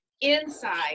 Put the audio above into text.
inside